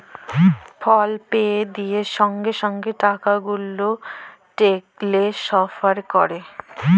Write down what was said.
ফল pay দিঁয়ে সঙ্গে সঙ্গে টাকা গুলা টেলেসফার ক্যরে